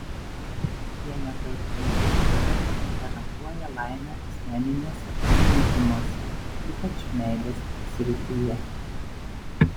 vieneto ir penketo duetas garantuoja laimę asmeniniuose pasirinkimuose ypač meilės srityje